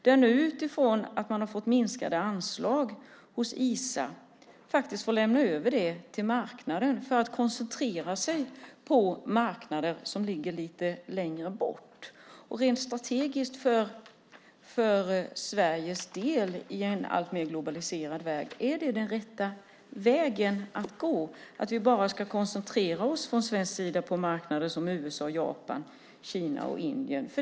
Eftersom man har fått minskade anslag hos Isa får man faktiskt lämna över det till marknaden för att koncentrera sig på marknader som ligger lite längre bort. Rent strategiskt för Sveriges del i en alltmer globaliserad värld undrar jag: Är det den rätta vägen att gå, att vi från svensk sida bara ska koncentrera oss på marknader som USA, Japan, Kina och Indien?